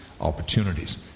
opportunities